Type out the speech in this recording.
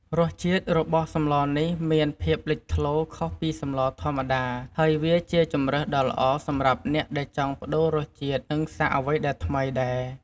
រសជាតិរបស់សម្លនេះមានភាពលេចធ្លោខុសពីសម្លធម្មតា ហើយវាជាជម្រើសដ៏ល្អសម្រាប់អ្នកដែលចង់ប្តូររសជាតិ និងសាកអ្វីដែលថ្មីដែរ។